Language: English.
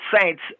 saints